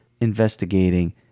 investigating